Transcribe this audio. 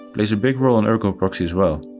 plays a big role in ergo proxy as well.